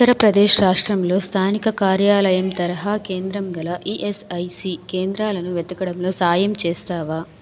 ఉత్తరప్రదేశ్ రాష్ట్రంలో స్థానిక కార్యాలయం తరహా కేంద్రం గల ఈఎస్ఐసి కేంద్రాలను వెతకడంలో సాయం చేస్తావా